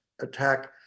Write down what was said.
attack